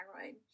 thyroid